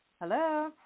Hello